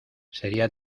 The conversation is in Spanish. sería